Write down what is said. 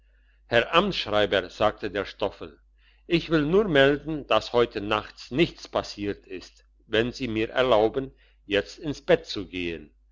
herr amtsschreiber sagte der stoffel ich will nur melden dass heute nacht nichts passiert ist wenn sie mir erlauben jetzt ins bett zu gehen